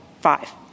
five